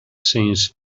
since